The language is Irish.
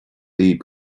libh